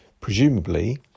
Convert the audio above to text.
presumably